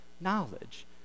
knowledge